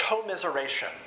Commiseration